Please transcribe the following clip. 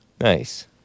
Nice